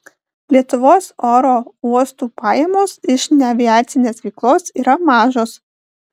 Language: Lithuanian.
lietuvos oro uostų pajamos iš neaviacinės veiklos yra mažos